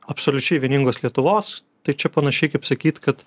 absoliučiai vieningos lietuvos tai čia panašiai kaip sakyt kad